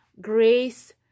grace